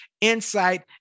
insight